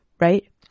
right